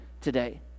today